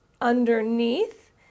underneath